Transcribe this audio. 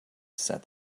said